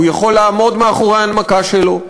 הוא יכול לעמוד מאחורי ההנמקה שלו,